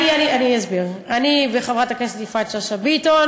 אני אסביר: אני וחברת הכנסת יפעת שאשא ביטון